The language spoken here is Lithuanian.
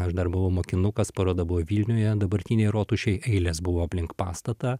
aš dar buvau mokinukas paroda buvo vilniuje dabartinėje rotušėj eilės buvo aplink pastatą